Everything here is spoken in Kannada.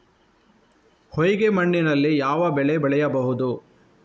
ಹೊಯ್ಗೆ ಮಣ್ಣಿನಲ್ಲಿ ಯಾವ ಬೆಳೆ ಬೆಳೆಯಬಹುದು?